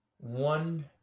One